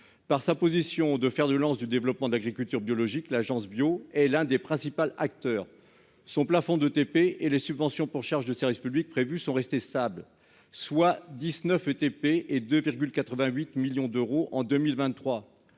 par sa position de fer de lance du développement de l'agriculture biologique, l'Agence Bio, et l'un des principal acteur son plafond de TP et les subventions pour charges de service public prévues sont restés stables, soit 19 TP et de 88 millions d'euros en 2023,